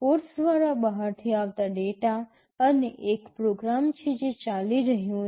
ports દ્વારા બહારથી આવતા ડેટા અને એક પ્રોગ્રામ છે જે ચાલી રહ્યો છે